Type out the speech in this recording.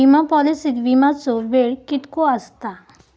विमा पॉलिसीत विमाचो वेळ कीतको आसता?